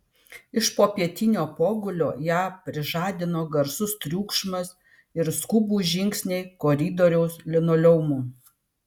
iš popietinio pogulio ją prižadino garsus triukšmas ir skubūs žingsniai koridoriaus linoleumu